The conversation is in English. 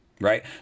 right